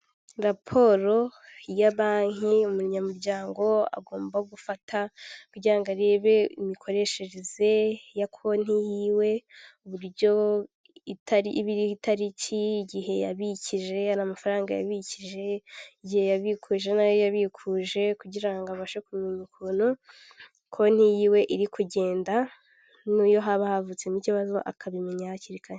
Raporo ya banki umunyamuryango agomba gufata kugira arebe imikoreshereze ya konti yiwe, uburyo iba iriho itariki igihe yabikije amafaranga yabikije igihe yabikuje nayo yabikuje kugira abashe kumenya ukuntu konti yiwe iri kugenda n'iyo haba havutsemo ikibazo akabimenya hakiri kare